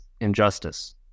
injustice